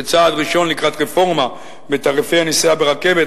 כצעד ראשון לקראת רפורמה בתעריפי הנסיעה ברכבת,